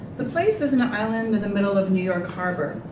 the place is an island in the middle of new york harbor.